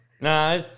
Nah